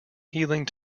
healing